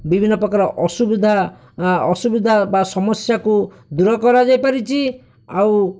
ବିଭିନ୍ନ ପ୍ରକାର ଅସୁବିଧା ଅସୁବିଧା ବା ସମସ୍ୟାକୁ ଦୂର କରଯାଇ ପାରିଛି ଆଉ